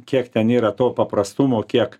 kiek ten yra to paprastumo kiek